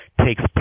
takes